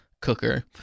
cooker